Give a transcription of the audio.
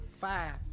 Five